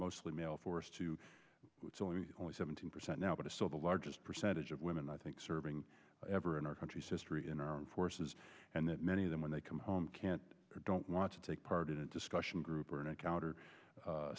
mostly male force to only seventeen percent now but it's still the largest percentage of women i think serving ever in our country's history in our armed forces and that many of them when they come home can't or don't want to take part in a discussion group or an encounter